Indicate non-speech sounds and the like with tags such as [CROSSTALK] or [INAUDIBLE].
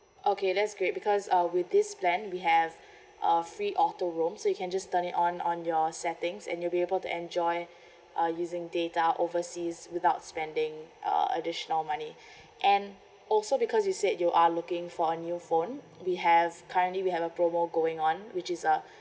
okay that's great because uh with this plan we have [BREATH] uh free auto roam so you can just turn it on on your settings and you'll be able to enjoy [BREATH] uh using data overseas without spending uh additional money [BREATH] and also because you said you are looking for a new phone we have currently we have a promo going on which is a [BREATH]